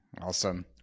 Awesome